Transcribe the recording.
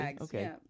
okay